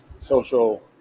social